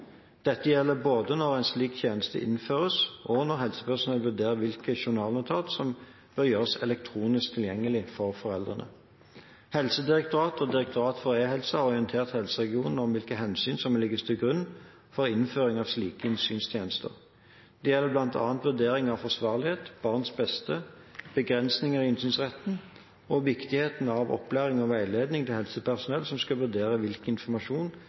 Dette gjelder både når en slik tjeneste innføres, og når helsepersonell vurderer hvilke journalnotat som bør gjøres elektronisk tilgjengelig for foreldrene. Helsedirektoratet og Direktoratet for e-helse har orientert helseregionene om hvilke hensyn som må ligge til grunn for innføring av slike innsynstjenester. Det gjelder bl.a. vurdering av forsvarlighet, barns beste, begrensninger i innsynsretten og viktigheten av opplæring og veiledning til helsepersonell som skal vurdere hvilken informasjon